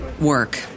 work